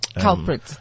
culprit